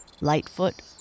Lightfoot